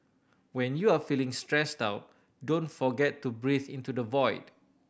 when you are feeling stressed out don't forget to breathe into the void